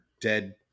dead